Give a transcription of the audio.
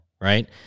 right